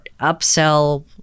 upsell